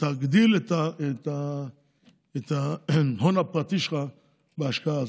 תגדיל את ההון הפרטי שלך בהשקעה הזאת,